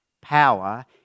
Power